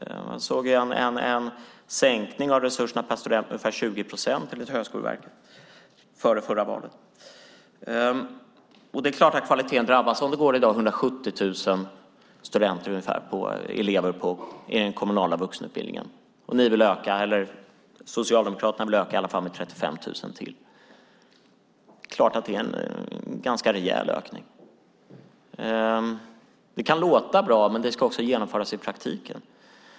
Det var en sänkning av resurserna per student med ungefär 20 procent enligt Högskoleverket före förra valet. Det är klart kvaliteten drabbas om det i dag går ungefär 170 000 studenter i den kommunala vuxenutbildningen. Socialdemokraterna vill i varje fall öka med 35 000 till. Det är en ganska rejäl ökning. Det kan låta bra, men det ska också genomföras i praktiken.